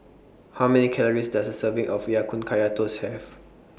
How Many Calories Does A Serving of Ya Kun Kaya Toast Have